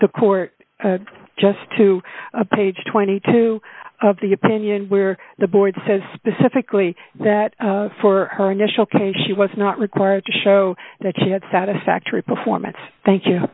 the court just to page twenty two of the opinion where the board says specifically that for her initial case she was not required to show that she had satisfactory performance thank you